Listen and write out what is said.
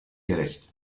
gerecht